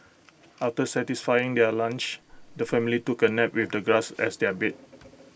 after satisfying their lunch the family took A nap with the grass as their bed